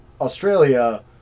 Australia